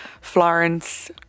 Florence